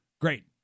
Great